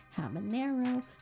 habanero